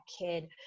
kid